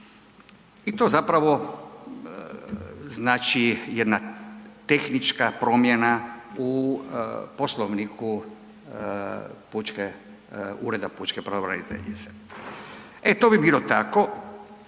I to zapravo znači jedna tehnička promjena u poslovniku Ureda pučke pravobraniteljice. E, to bi bilo tako,